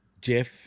Jeff